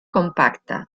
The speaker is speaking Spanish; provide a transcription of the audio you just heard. compacta